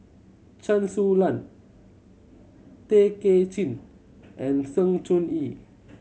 Chen Su Lan Tay Kay Chin and Sng Choon Yee